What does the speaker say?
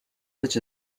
such